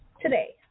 today